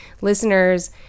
Listeners